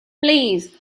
please